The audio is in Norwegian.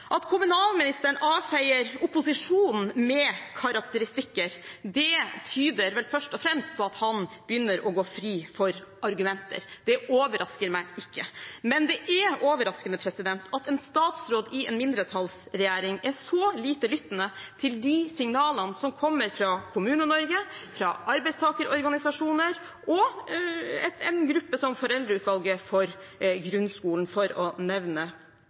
At kommunalministeren avfeier opposisjonen med karakteristikker tyder vel først og fremst på at han begynner å bli fri for argumenter. Det overrasker meg ikke. Men det er overraskende at en statsråd i en mindretallsregjering er så lite lyttende til de signalene som kommer fra Kommune-Norge, fra arbeidstakerorganisasjoner og en gruppe som Foreldreutvalget for grunnopplæringen, for å nevne